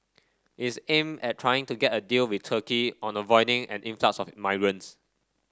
its aimed at trying to get a deal with Turkey on avoiding an influx of migrants